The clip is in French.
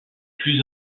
plus